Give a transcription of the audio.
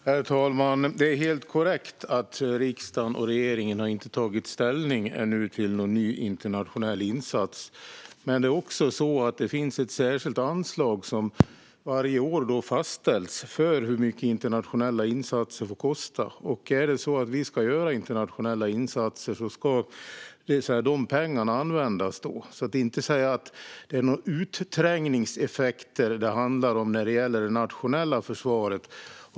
Herr talman! Det är helt korrekt att riksdag och regering ännu inte har tagit ställning till någon ny internationell insats. Men det finns också ett särskilt anslag som varje år fastställs för internationella insatser. Om vi ska göra internationella insatser ska de pengarna användas. Det handlar alltså inte om några undanträngningseffekter för det nationella försvaret.